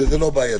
שזה לא בעייתי.